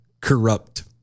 corrupt